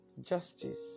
justice